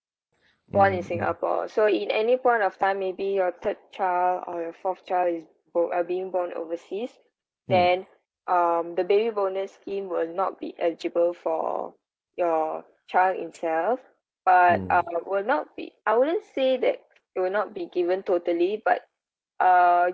one in singapore so in any point of time maybe your third child or your fourth child is bo~ uh being born overseas then um the baby bonus scheme will not be eligible for your child itself but uh will not be I wouldn't say that it will not be given totally but err